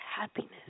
happiness